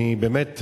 באמת,